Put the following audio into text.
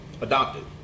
adopted